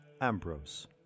Ambrose